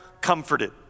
comforted